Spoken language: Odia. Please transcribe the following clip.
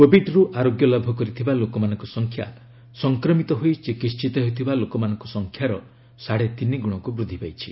କୋବିଡ୍ରୁ ଆରୋଗ୍ୟ ଲାଭ କରିଥିବା ଲୋକମାନଙ୍କ ସଂଖ୍ୟା' ସଂକ୍ରମିତ ହୋଇ ଚିକିିିିତ ହେଉଥିବା ଲୋକମାନଙ୍କ ସଂଖ୍ୟାର ସାଢ଼େ ତିନିଗୁଣକୁ ବୃଦ୍ଧି ପାଇଛି